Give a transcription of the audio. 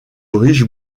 riches